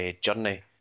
journey